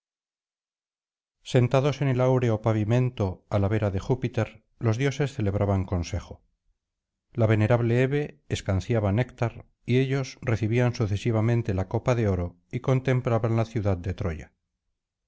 sentados en el áureo pavimento á la vera de júpiter los dioses celebraban consejo la venerable hebe escanciaba néctar y ellos recibían sucesivamente la copa de oro y contemplaban la ciudad de troya